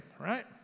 right